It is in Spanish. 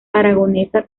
aragonesa